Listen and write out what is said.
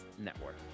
Network